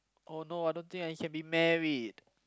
oh no I don't think I can be married